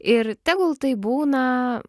ir tegul tai būna